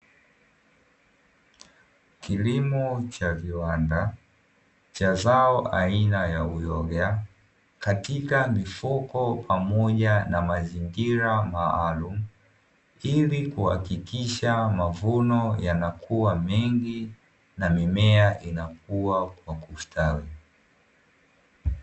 Kilimo cha viwanda cha zao aina ya uyoga katika mifuko pamoja na mazingira maalumu, ili kuhakikisha mavuno yanakua mengi na mimea inakua kwa kustawi.